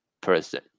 person